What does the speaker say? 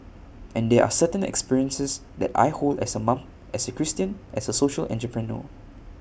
and there are certain experiences that I hold as A mom as A Christian as A social entrepreneur